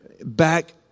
back